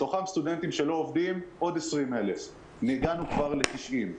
מתוכם סטודנטים שלא עובדים עוד 20,000. הגענו כבר ל-90,000.